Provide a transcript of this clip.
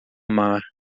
mar